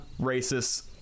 racists